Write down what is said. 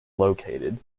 located